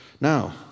Now